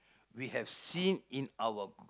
we have seen in our